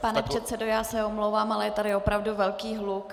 Pane předsedo, já se omlouvám, ale je tady opravdu velký hluk.